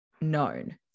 known